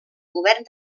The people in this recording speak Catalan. govern